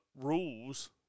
rules